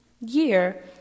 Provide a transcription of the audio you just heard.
year